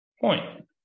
Point